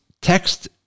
text